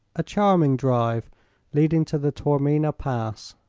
a charming drive leading to the taormina pass.